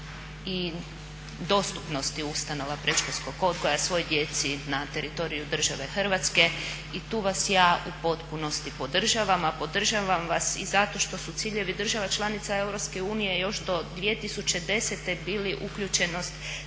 i dostupnosti ustanova predškolskog odgoja svoj djeci na teritoriju države Hrvatske i tu vas ja u potpunosti podržavam, a podržavam vas i zato što su ciljevi država članica EU još do 2010. bili uključenost